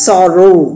Sorrow